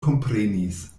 komprenis